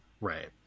Right